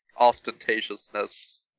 ostentatiousness